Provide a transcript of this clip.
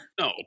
No